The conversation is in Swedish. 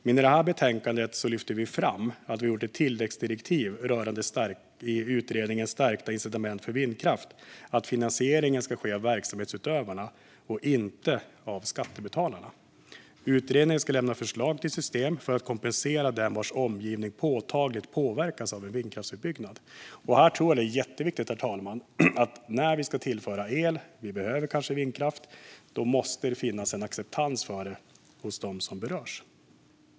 Men i detta betänkande lyfter vi fram att vi har gett ett tilläggsdirektiv till utredningen Stärkta incitament för utbyggd vindkraft om att finansieringen ska ske av verksamhetsutövarna och inte av skattebetalarna. Utredningen ska lämna förslag till system för att kompensera dem vars omgivning påtagligt påverkas av en vindkraftsutbyggnad. Här tror jag, herr talman, att det är jätteviktigt att när vi ska tillföra el - vi behöver kanske vindkraft - måste det finnas en acceptans för det hos dem som berörs.